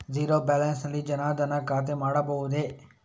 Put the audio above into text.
Zero balance ನಲ್ಲಿ ಜನ್ ಧನ್ ಖಾತೆ ಮಾಡಬಹುದೇ?